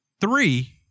Three